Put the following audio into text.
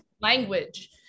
language